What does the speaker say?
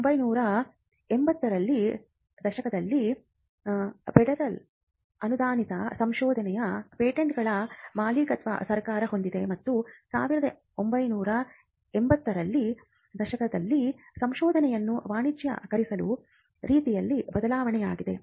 1970 ರ ದಶಕದಲ್ಲಿ ಫೆಡರಲ್ ಅನುದಾನಿತ ಸಂಶೋಧನೆಯ ಪೇಟೆಂಟ್ಗಳ ಮಾಲೀಕತ್ವ ಸರ್ಕಾರ ಹೊಂದಿದೆ ಮತ್ತು 1980 ರ ದಶಕಗಳಲ್ಲಿ ಸಂಶೋಧನೆಯನ್ನು ವಾಣಿಜ್ಯೀಕರಿಸಿದ ರೀತಿಯಲ್ಲಿ ಬದಲಾವಣೆಯಾಗಿದೆ